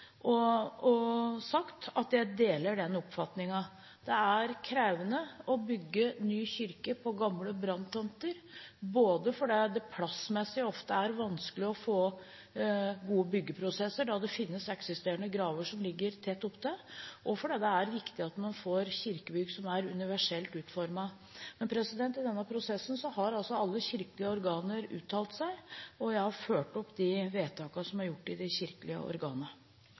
og sagt at jeg deler den oppfatningen. Det er krevende å bygge ny kirke på gamle branntomter både fordi det plassmessig ofte er vanskelig å få gode byggeprosesser, da det finnes eksisterende graver som ligger tett opptil og fordi det er viktig at man får kirkebygg som er universelt utformet. Men i denne prosessen har altså alle kirkelige organer uttalt seg, og jeg har fulgt opp de vedtakene som er gjort i de kirkelige